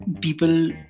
people